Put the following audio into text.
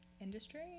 industry